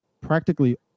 practically